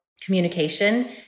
communication